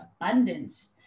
abundance